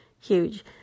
huge